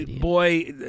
boy